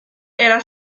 era